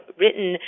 written